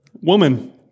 Woman